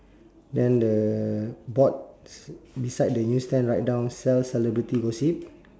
then the board beside the newsstand write down sell celebrity gossip